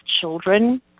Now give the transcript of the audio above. children